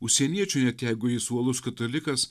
užsieniečiui net jeigu jis uolus katalikas